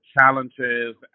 challenges